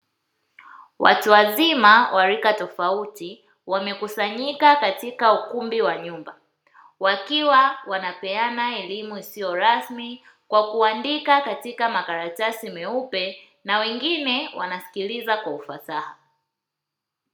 Watu wazima wa rika tofauti wamekusanyika katika ukumbi wa nyumba, wakiwa wanapeana elimu isiyo rasmi kwa kuandika katika makaratasi meupe na wengine wanaskiliza kwa ufasaha.